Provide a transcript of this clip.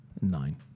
Nine